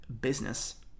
business